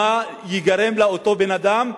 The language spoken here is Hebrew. מה ייגרם לאותו בן-אדם.